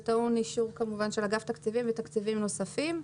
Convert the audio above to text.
כמובן שזה טעון אישור של אגף תקציבים ותקציבים נוספים.